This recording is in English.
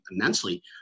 immensely